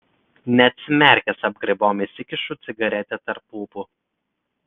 neatsimerkęs apgraibom įsikišu cigaretę tarp lūpų